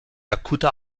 akuter